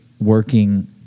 working